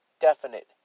definite